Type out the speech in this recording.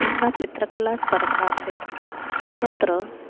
एका चित्रकला स्पर्धा आसीत् तत्र